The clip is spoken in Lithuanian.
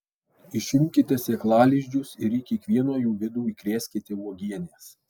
išimkite sėklalizdžius ir į kiekvieno jų vidų įkrėskite uogienės